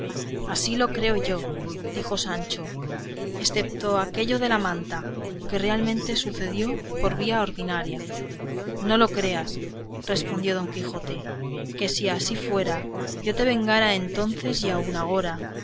así lo creo yo dijo sancho excepto aquello de la manta que realmente sucedió por vía ordinaria no lo creas respondió don quijote que si así fuera yo te vengara entonces y aun agora